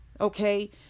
Okay